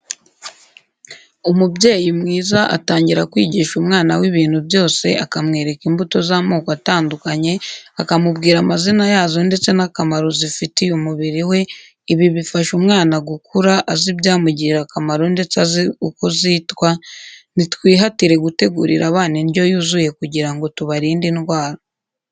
Umubyeyi mwiza atangira kwigisha umwana we ibintu byose akamwereka imbuto z'amoko atandukanye, akamubwira amazina yazo ndetse n'akamaro zifitiye umubiri we ibi bifasha umwana gukura azi ibyamugirira akamaro ndetse azi uko zitwa, nitwihatire gutegurira abana indyo yuzuye kugira ngo tubarinde indwara.